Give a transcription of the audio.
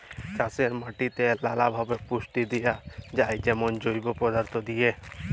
চাষের মাটিতে লালাভাবে পুষ্টি দিঁয়া যায় যেমল জৈব পদাথ্থ দিঁয়ে